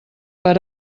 per